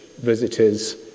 visitors